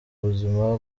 buzima